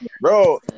bro